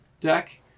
deck